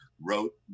wrote